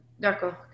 D'accord